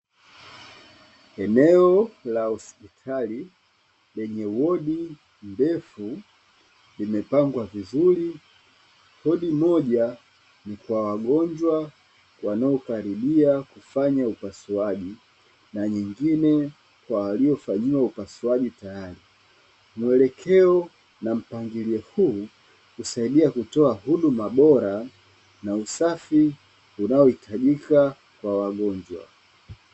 Eneo la hospitali lenye wodi ndefu limepangwa vizuri. Wodi moja ikawa wagonjwa wanaokaribia kufanya upasuaji na nyingine kwa waliofanyiwa upasuaji tayari. Mwelekeo na mpangilio huu kusaidia kutoa huduma bora na usafi unaohitajika kwa wagonjwa.